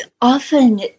often